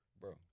bro